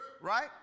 right